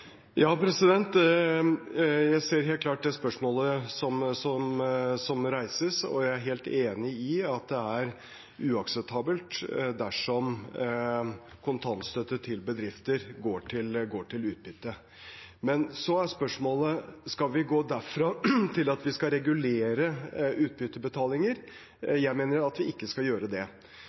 Jeg ser helt klart det spørsmålet som reises, og jeg er helt enig i at det er uakseptabelt dersom kontantstøtte til bedrifter går til utbytte. Men så er spørsmålet: Skal vi gå derfra til at vi skal regulere utbytteutbetalinger? Jeg mener at vi ikke skal gjøre det,